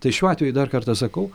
tai šiuo atveju dar kartą sakau